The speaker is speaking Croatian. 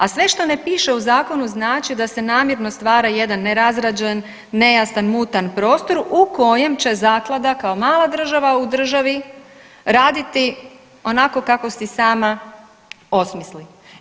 A sve što ne piše u zakonu znači da se namjerno stvara jedan nerazrađen, nejasan, mutan prostor u kojem će zaklada kao mala država u državi raditi onako kako si sama osmisli.